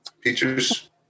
Teachers